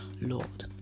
Lord